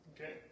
Okay